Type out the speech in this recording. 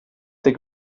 der